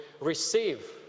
receive